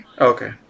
Okay